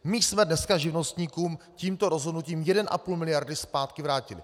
My jsme dneska živnostníkům tímto rozhodnutím jednu a půl miliardy zpátky vrátili.